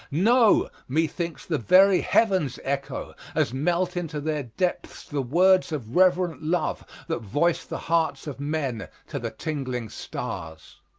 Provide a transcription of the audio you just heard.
no! methinks the very heavens echo as melt into their depths the words of reverent love that voice the hearts of men to the tingling stars.